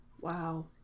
Wow